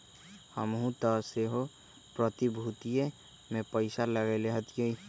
हमहुँ तऽ सेहो प्रतिभूतिय में पइसा लगएले हती